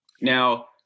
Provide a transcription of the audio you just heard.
Now